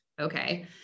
okay